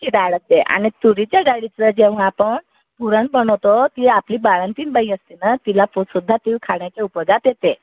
तुरीची डाळ असते आणि तुरीच्या डाळीचं जेव्हा आपण पुरण बनवतो ती आपली बाळंतीणबाई असते ना तिला पण सुद्धा ती खाण्याच्या उपयोगात येते